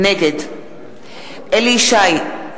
נגד אליהו ישי,